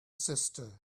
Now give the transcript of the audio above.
sister